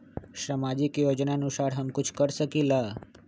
सामाजिक योजनानुसार हम कुछ कर सकील?